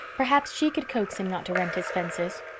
perhaps she could coax him not to rent his fences.